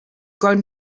grown